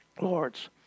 lords